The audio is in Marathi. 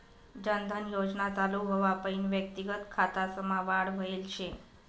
जन धन योजना चालू व्हवापईन व्यक्तिगत खातासमा वाढ व्हयल शे